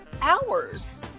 hours